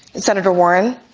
and senator warren,